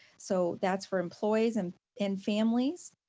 so that's for employees and and families.